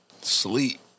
sleep